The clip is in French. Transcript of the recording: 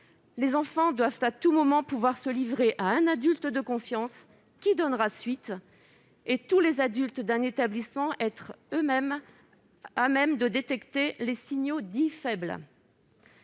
Les enfants doivent à tout moment pouvoir se livrer à un adulte de confiance, qui donnera suite, et tous les adultes d'un établissement doivent être à même de détecter les signaux faibles.